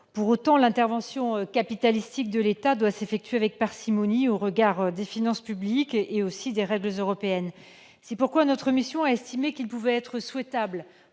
Pour autant, l'intervention capitalistique de l'État doit s'effectuer avec parcimonie, au regard de la situation des finances publiques et aussi des règles européennes. C'est pourquoi notre mission a estimé qu'il pouvait être souhaitable